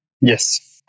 Yes